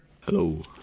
Hello